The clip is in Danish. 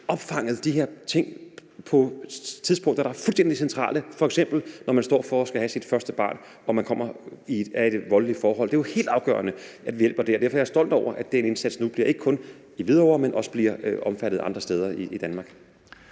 opfanget de her ting på tidspunkter, der er fuldstændig centrale, f.eks. når man står over for at skal have sit første barn og man er i et voldeligt forhold. Det er jo helt afgørende, at vi hjælper der. Derfor er jeg stolt over, at den indsats nu ikke kun bliver i Hvidovre, men også omfatter andre steder i Danmark.